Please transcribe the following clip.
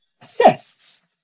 cysts